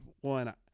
one